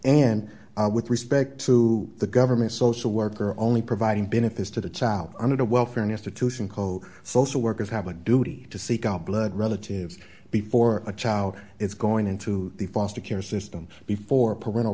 and with respect to the government social worker only providing benefits to the child under the welfare nesta to simcoe social workers have a duty to seek out blood relatives before a child is going into the foster care system before parental